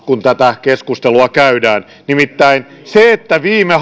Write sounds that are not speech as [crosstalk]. kun tätä keskustelua käydään nimittäin se että viime [unintelligible]